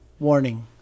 Warning